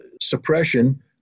suppression